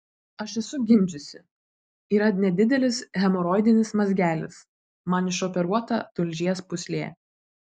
aš esu gimdžiusi yra nedidelis hemoroidinis mazgelis man išoperuota tulžies pūslė